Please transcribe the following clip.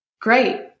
great